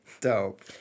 Dope